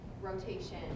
rotation